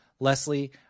Leslie